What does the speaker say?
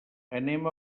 anem